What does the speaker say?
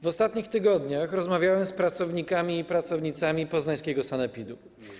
W ostatnich tygodniach rozmawiałem z pracownikami i pracownicami poznańskiego sanepidu.